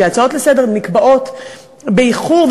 ההצעות לסדר-היום נקבעות באיחור,